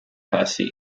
passy